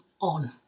on